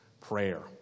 Prayer